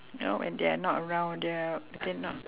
you know when they're not around they're they not